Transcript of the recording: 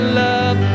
love